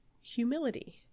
humility